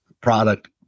product